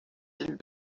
îles